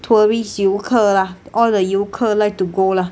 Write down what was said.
tourists 游客 lah all the 游客 like to go lah